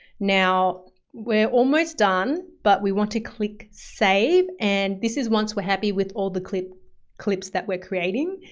now we're almost done but we want to click, save. and this is once we're happy with all the clip clips that we're creating.